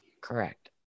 correct